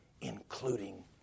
including